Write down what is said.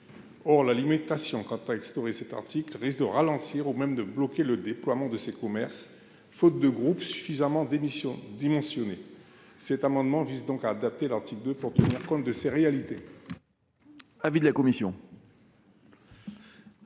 Or la limitation que tend à instaurer cet article risque de ralentir, voire de bloquer le déploiement de ces commerces, faute de groupes aux dimensions suffisantes. Cet amendement vise donc à adapter l’article 2, pour tenir compte de ces réalités.